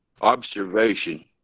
observation